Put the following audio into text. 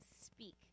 speak